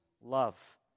love